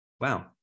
wow